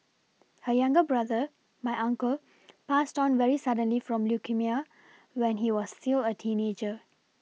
her younger brother my uncle passed on very suddenly from leukaemia when he was still a teenager